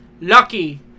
lucky